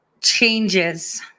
changes